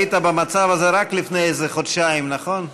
היית במצב הזה רק לפני איזה חודשיים, נכון?